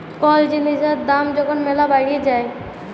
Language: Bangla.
কল জিলিসের দাম যখল ম্যালা বাইড়ে যায়